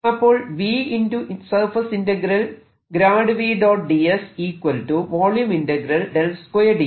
അപ്പോൾ V എന്നത് E ആണ്